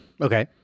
Okay